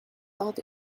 that